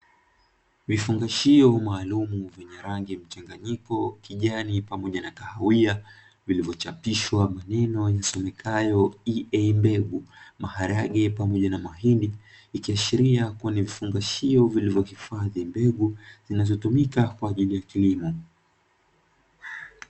Vifungashio maalum vyenye rangi mchanganyiko kijani pamoja na kahawia vilivyo chapishwa maneno yasomeyako "EA mbegu" maharage pamoja na mahindi ,ikiashiria ni vifungashio vinavyo hifadhi mbegu zinazo tumika kwaajili ya kilimo.